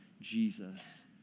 Jesus